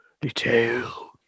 detail